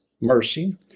mercy